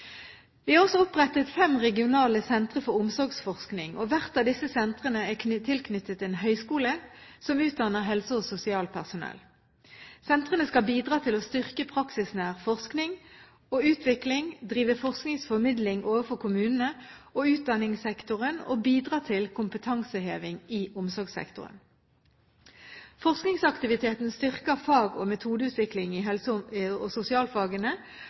Vi har også opprettet fem regionale sentre for omsorgsforskning. Hvert av disse sentrene er tilknyttet en høyskole som utdanner helse- og sosialpersonell. Sentrene skal bidra til å styrke praksisnær forskning og utvikling, drive forskningsformidling overfor kommunene og utdanningssektoren og bidra til kompetanseheving i omsorgssektoren. Forskningsaktiviteten styrker fag- og metodeutvikling i helse- og sosialutdanningene og